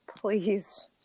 please